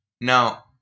Now